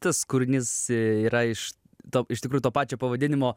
tas kūrinys yra iš to iš tikrųjų to pačio pavadinimo